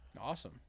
awesome